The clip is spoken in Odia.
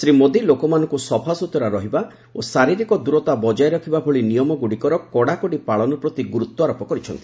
ଶ୍ରୀ ମୋଦୀ ଲୋକମାନଙ୍କୁ ସଫାସୁତୁରା ରହିବା ଓ ଶାରିରୀକ ଦୂରତା ବଜାୟ ରଖିବା ଭଳି ନିୟମଗୁଡ଼ିକର କଡ଼ାକଡ଼ି ପାଳନ ପ୍ରତି ଗୁରୁତ୍ୱାରୋପ କରିଛନ୍ତି